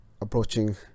approaching